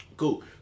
Cool